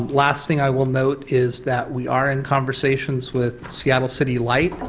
um last thing i will note is that we are in conversations with seattle city light,